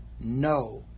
No